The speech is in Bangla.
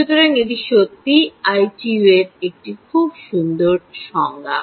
সুতরাং এটি সত্যিই আইটিইউর একটি খুব সুন্দর সংজ্ঞা